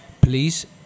please